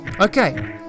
Okay